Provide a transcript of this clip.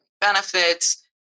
benefits